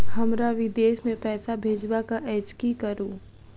हमरा विदेश मे पैसा भेजबाक अछि की करू?